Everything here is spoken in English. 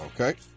Okay